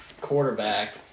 quarterback